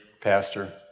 pastor